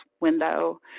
window